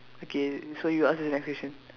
okay so you ask the next question